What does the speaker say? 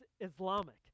Islamic